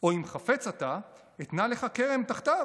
או אם חפץ אתה אתנה לך כרם תחתיו